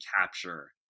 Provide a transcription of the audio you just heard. capture